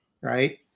Right